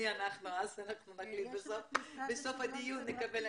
משרד הקליטה,